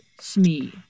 Smee